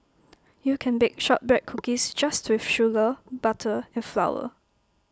you can bake Shortbread Cookies just with sugar butter and flour